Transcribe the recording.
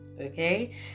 okay